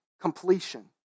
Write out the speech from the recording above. Completion